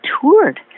toured